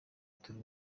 turi